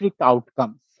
outcomes